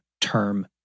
term